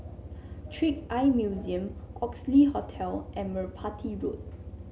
Trick Eye Museum Oxley Hotel and Merpati Road